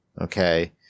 Okay